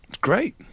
Great